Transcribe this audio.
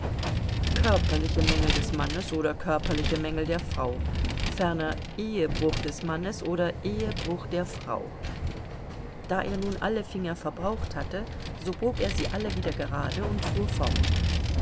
körperliche mängel des mannes oder körperliche mängel der frau ferner ehebruch des mannes oder ehebruch der frau da er nun alle finger verbraucht hatte so bog er sie alle wieder gerade und fuhr fort